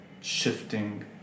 shifting